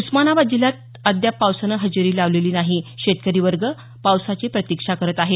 उस्मानाबाद जिल्ह्यात अद्याप पावसानं हजेरी लावलेली नाही शेतकरी वर्ग पावसाची प्रतीक्षा करत आहे